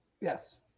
Yes